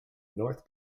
north